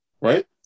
right